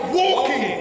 walking